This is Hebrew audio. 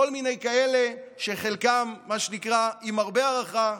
כל מיני כאלה שחלקם, מה שנקרא עם הרבה הערכה.